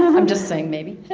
i'm just saying, maybe